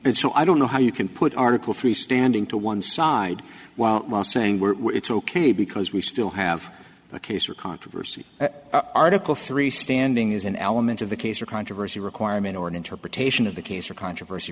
it's so i don't know how you can put article three standing to one side while saying we're it's ok because we still have a case or controversy article three standing is an element of a case or controversy requirement or an interpretation of the case or controversy